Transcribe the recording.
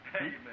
Amen